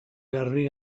garbi